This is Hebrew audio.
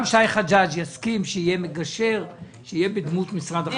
גם שי חג'ג' יסכים שיהיה מגשר בדמות משרד החקלאות.